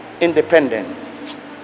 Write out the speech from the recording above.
independence